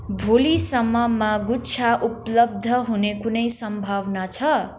भोलिसम्ममा गुच्छा उपलब्ध हुने कुनै सम्भावना छ